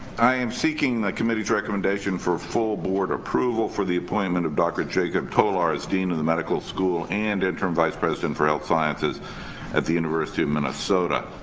i am seeking the committee's recommendation for full board approval for the appointment of dr. jakub tolar as dean of the medical school and interim vice president for health sciences at the university of minnesota.